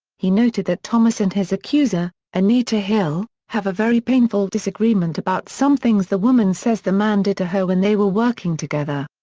he noted that thomas and his accuser, anita hill, have a very painful disagreement about some things the woman says the man did to her when they were working together.